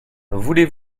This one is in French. voulez